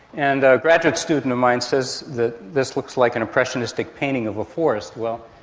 and ah a graduate student of mine says that this looks like an impressionistic painting of a forest. well,